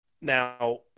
Now